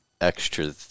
extra